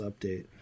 update